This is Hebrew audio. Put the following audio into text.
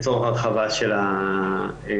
לצורך הרחבה של המרכזים,